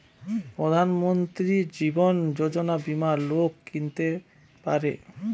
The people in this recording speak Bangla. প্রধান মন্ত্রী জীবন যোজনা বীমা লোক কিনতে পারে